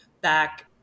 back